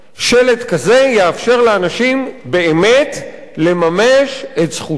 שלט כזה יאפשר לאנשים באמת לממש את זכותם,